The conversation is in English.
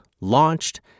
launched